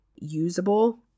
usable